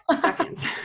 seconds